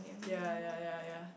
ya ya ya ya